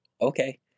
okay